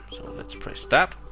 let's press that,